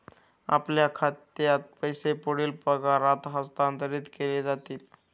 आपल्या खात्यात पैसे पुढील पगारात हस्तांतरित केले जातील